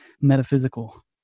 metaphysical